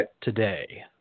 today